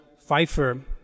Pfeiffer